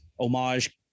homage